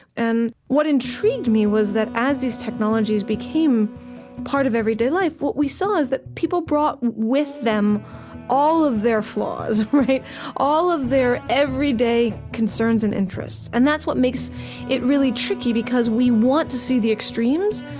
and what intrigued me was that as these technologies became part of everyday life, what we saw is that people brought with them all of their flaws, all of their everyday concerns and interests. and that's what makes it really tricky, because we want to see the extremes,